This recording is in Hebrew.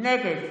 נגד